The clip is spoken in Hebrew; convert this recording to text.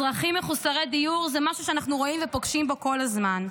אזרחים מחוסרי דיור זה משהו שאנחנו רואים ופוגשים בו כל הזמן.